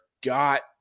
got